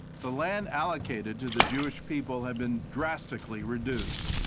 the land allocated to the jewish people had been drastically reduced.